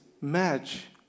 match